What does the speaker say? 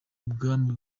ubwami